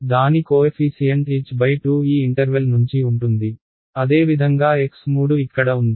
కాబట్టి దాని coefficient h2 ఈ ఇంటర్వెల్ నుంచి ఉంటుంది అదేవిధంగా x3 ఇక్కడ ఉంది